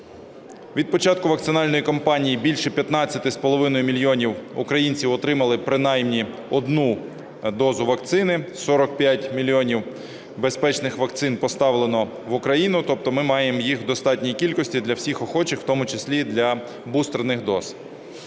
Від початку вакцинальної кампанії більше 15 з половиною мільйонів українців отримали принаймні одну дозу вакцини, 45 мільйонів безпечних вакцин поставлено в Україну. Тобто ми маємо їх в достатній кількості для всіх охочих, в тому числі для бустерних доз.